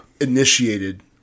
initiated